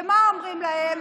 ומה אומרים להם?